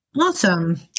Awesome